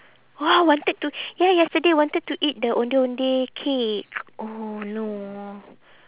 !wah! wanted to ya yesterday wanted to eat the ondeh ondeh cake oh no